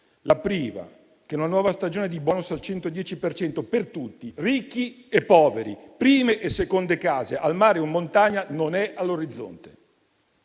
la prima è che una nuova stagione di *bonus* al 110 per cento per tutti, ricchi e poveri, prime e seconde case, al mare o in montagna, non è all'orizzonte.